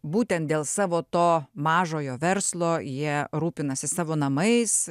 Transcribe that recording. būtent dėl savo to mažojo verslo jie rūpinasi savo namais